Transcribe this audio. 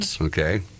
Okay